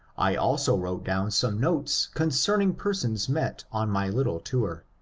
i also wrote down some notes concern ing persons met on my little tour.